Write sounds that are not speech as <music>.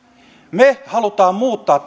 me haluamme muuttaa <unintelligible>